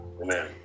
Amen